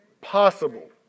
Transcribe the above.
possible